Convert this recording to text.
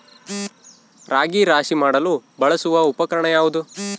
ರಾಗಿ ರಾಶಿ ಮಾಡಲು ಬಳಸುವ ಉಪಕರಣ ಯಾವುದು?